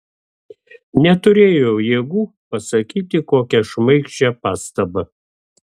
neturėjau jėgų pasakyti kokią šmaikščią pastabą